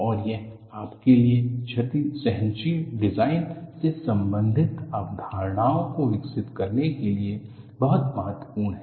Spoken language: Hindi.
और यह आपके लिए क्षति सहनशील डिजाइन से संबंधित अवधारणाओं को विकसित करने के लिए बहुत महत्वपूर्ण है